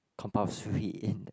compulsory in